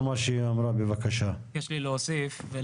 יש לי להוסיף.